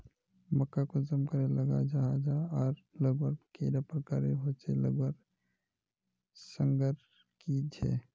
मक्का कुंसम करे लगा जाहा जाहा आर लगवार कैडा प्रकारेर होचे लगवार संगकर की झे?